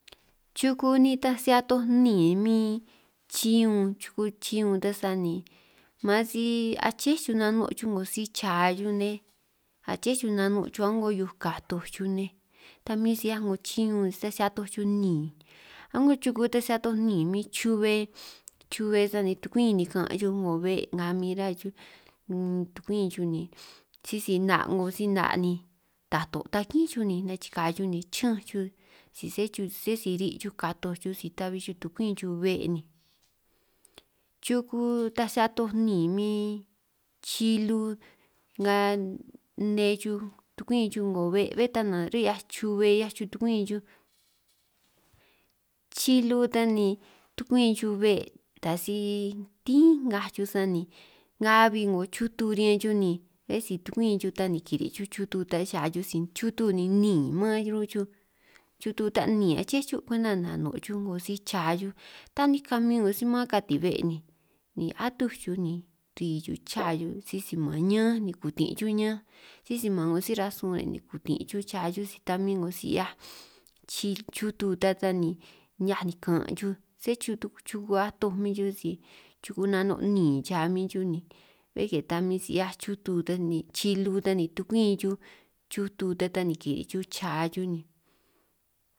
Chuku nitaj si atoj níin min chíun chuku chíun ta sani man si aché chuj nano' chuj 'ngo si cha chuj nej, aché chuj nano' chuj a'ngo hiuj katoj chuj nej ta min si 'hiaj 'ngo chíun nitaj si atoj chuj níin, a'ngo chuku nitaj si atoj níin min chubbe chube sani tukwin nikanj chuj 'ngo be' nga min rá chuj, tukwin chuj ni sisi 'na' 'ngo si 'na' ni tato' takín chuj ni nachikaj chuj ni chi'ñanj chuj, si se si ri' chuj katoj chuj si tabi chuj tukwin chuj be' ni, chuku taj si atoj níin min chilu nga nne chuj tukwin chuj 'ngo be' bé ta nanj ri'hiaj chube 'hiaj chuj tukwin chuj, chilu ta ni tukwin chuj be' ta si tín ngaj chuj sani kabi 'ngo chutu riñan chuj ni bé si tukumin chuj ta ni kiri' chuj chutu ta cha chuj si chutu ni níin mán chuj ru' 'hiaj chuj, chutu ta níin ache chuj kwenta nano' chuj 'ngo si cha chuj tanij kamin 'ngo si mán katin bé' ni, atuj chuj ni ri chuj cha chuj ni sisi man ñanj ni kutin' chuj ñanj sisi man 'ngo si rasun re' ni kutin' chuj cha chuj si ta min 'ngo si 'hiaj chil, chutu ta ta ni ni'hiaj nikan' chuj sé chutu chuku atoj min chuj si chuku nano' níin cha min chuj ni bé ke ta min si 'hiaj chutu ta ni, chilu ta ni tukwin chuj chutu ta ta ni kiri' chuj cha chuj ni.